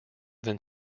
than